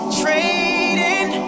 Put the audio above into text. trading